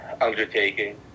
undertaking